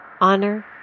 Honor